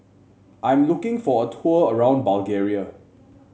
I am looking for a tour around Bulgaria